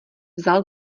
vzal